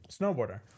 snowboarder